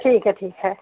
ठीक है ठीक है